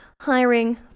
hiring